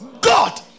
God